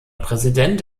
präsident